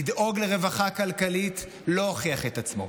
לדאוג לרווחה כלכלית לא הוכיח את עצמו.